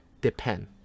depend